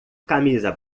camisa